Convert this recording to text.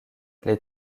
les